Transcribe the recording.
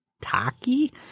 Taki